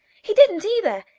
he didn't either!